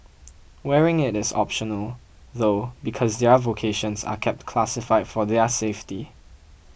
wearing it is optional though because their vocations are kept classified for their safety